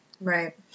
Right